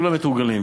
כולם מתורגלים,